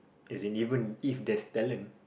as in even if there's talent